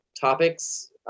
topics